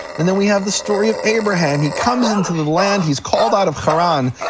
and then we have the story of abraham, he comes into the land, he's called out of haran,